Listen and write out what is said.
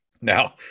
Now